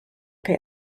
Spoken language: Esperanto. kaj